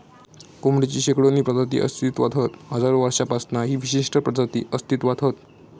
कोंबडेची शेकडोनी प्रजाती अस्तित्त्वात हत हजारो वर्षांपासना ही विशिष्ट प्रजाती अस्तित्त्वात हत